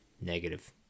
Negative